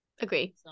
agree